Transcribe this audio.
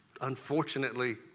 unfortunately